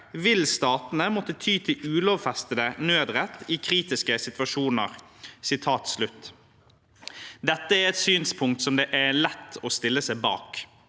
vil statene måtte ty til ulovfestet nødrett i kritiske situasjoner.» Dette er et synspunkt som det er lett å stille seg bak.